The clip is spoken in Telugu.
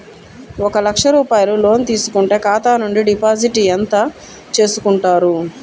ఒక లక్ష రూపాయలు లోన్ తీసుకుంటే ఖాతా నుండి డిపాజిట్ ఎంత చేసుకుంటారు?